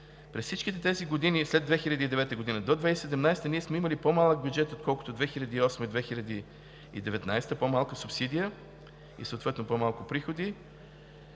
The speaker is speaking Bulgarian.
През всичките тези години след 2009 г. до 2017 г. ние сме имали по-малък бюджет, отколкото 2008 г. и 2019 г. по малка субсидия и съответно по-малко приходи,